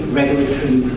regulatory